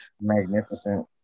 Magnificent